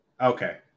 Okay